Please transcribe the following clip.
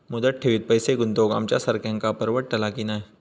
मुदत ठेवीत पैसे गुंतवक आमच्यासारख्यांका परवडतला की नाय?